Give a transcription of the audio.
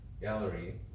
gallery